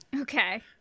okay